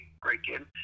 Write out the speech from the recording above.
break-in